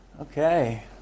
Okay